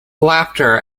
laughter